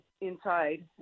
inside